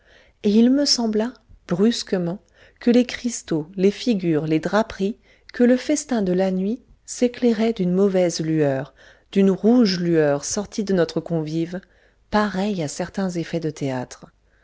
et il me sembla brusquement que les cristaux les figures les draperies que le festin de la nuit s'éclairaient d'une mauvaise lueur d'une rouge lueur sortie de notre convive pareille à certains effets de théâtre